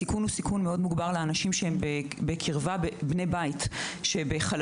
הסיכון הוא סיכון מוגבר לבני הבית שנמצאים בחלל